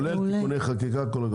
כולל תיקוני חקיקה, כולל הכול.